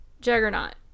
Juggernaut